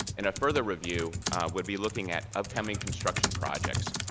and a further review would be looking at upcoming construction projects.